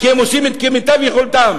כי הם עושים כמיטב יכולתם.